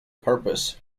purpose